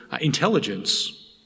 intelligence